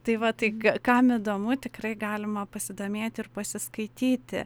tai va tai k kam įdomu tikrai galima pasidomėti ir pasiskaityti